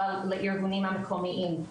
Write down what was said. אבל לארגונים המקומיים.